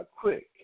quick